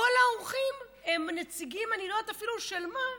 כל המומחים הם נציגים, אני לא יודעת אפילו של מה,